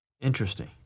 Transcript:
Interesting